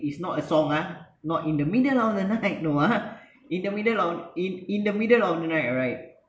it's not a song ah not in the middle of the night no ah in the middle of in in the middle of the night right